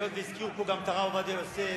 היות שהזכירו פה גם את הרב עובדיה יוסף,